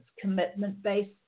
commitment-based